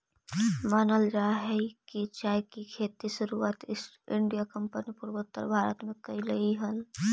मानल जा हई कि चाय के खेती के शुरुआत ईस्ट इंडिया कंपनी पूर्वोत्तर भारत में कयलई हल